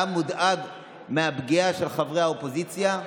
אתה מודאג מהפגיעה של חברי האופוזיציה?